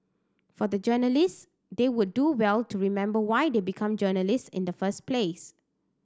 for the journalists they would do well to remember why they become journalists in the first place